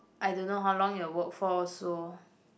I don't know how long it'll work for also